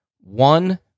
one